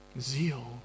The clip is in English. Zeal